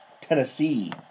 Tennessee